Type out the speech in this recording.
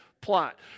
plot